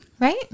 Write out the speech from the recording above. Right